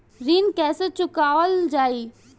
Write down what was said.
ऋण कैसे चुकावल जाई?